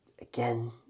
Again